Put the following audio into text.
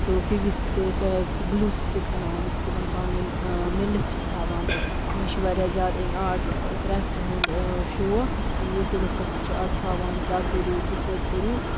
سُہ فِویٖسِٹِک سُہ glue stick اَنان یُس تِمَن پانہٕ ؤنۍ میلِتھ چھِ تھاوان مےٚ چھِ واریاہ زیادٕ أمۍ آرٹ کرٛیفٹ ہُنٛد شوق یِتھ کَنۍ یوٗٹیوٗبَس پٮ۪ٹھ تہِ چھِ آز ہاوان کیٛاہ کٔرِو کِتھ پٲٹھۍ کٔرِو